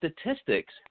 statistics